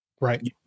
Right